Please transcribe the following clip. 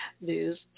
News